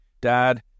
dad